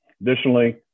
Additionally